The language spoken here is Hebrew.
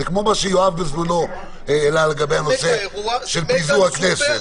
זה כמו שיואב בזמנו העלה לגבי פיזור הכנסת.